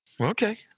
Okay